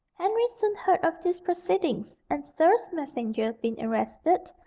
henry soon heard of these proceedings, and serle's messenger being arrested,